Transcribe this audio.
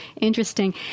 interesting